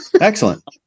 Excellent